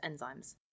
enzymes